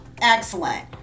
Excellent